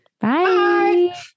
Bye